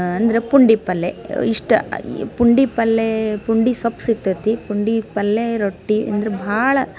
ಅಂದ್ರೆ ಪುಂಡಿ ಪಲ್ಲೆ ಇಷ್ಟ ಈ ಪುಂಡಿ ಪಲ್ಲೆ ಪುಂಡಿ ಸೊಪ್ಪು ಸಿಗ್ತದೆ ಪುಂಡಿ ಪಲ್ಲೆ ರೊಟ್ಟಿ ಅಂದ್ರೆ ಭಾಳ